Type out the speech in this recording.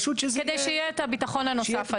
כדי שיהיה את הביטחון הנוסף.